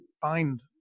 find